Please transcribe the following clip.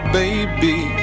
baby